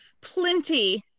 plenty